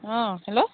অঁ হেল্ল'